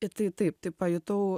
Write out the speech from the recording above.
i tai taip tai pajutau